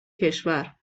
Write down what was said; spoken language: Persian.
کشور